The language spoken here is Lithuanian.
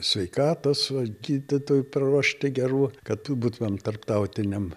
sveikatos va gydytojų paruošti gerų kad būtumėm tarptautiniam